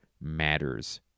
matters